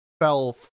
fell